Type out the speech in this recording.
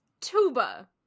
tuba